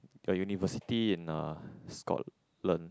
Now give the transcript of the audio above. the university in uh Scotland